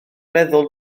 meddwl